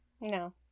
No